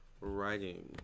Writing